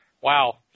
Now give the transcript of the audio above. wow